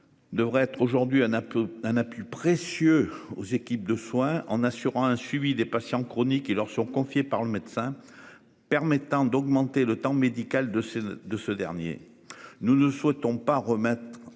Devrait être aujourd'hui un un peu un appui précieux aux équipes de soins en assurant un suivi des patients chroniques qui leur sont confiées par le médecin. Permettant d'augmenter le temps médical de ce de ce dernier. Nous ne souhaitons pas remettre